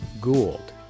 Gould